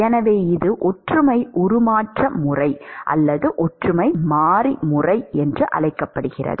எனவே இது ஒற்றுமை உருமாற்ற முறை அல்லது ஒற்றுமை மாறி முறை என்று அழைக்கப்படுகிறது